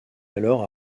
alors